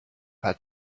had